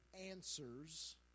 answers